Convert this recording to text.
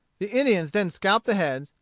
the indians then scalped the heads,